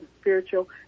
spiritual